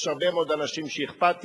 יש הרבה מאוד אנשים אכפתיים.